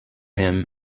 him